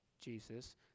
Jesus